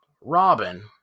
Robin